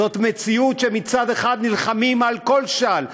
זאת מציאות שמצד אחד נלחמים על כל שעל,